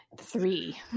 three